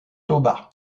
toba